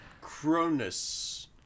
Cronus